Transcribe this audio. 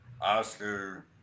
Oscar